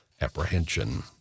Apprehension